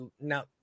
now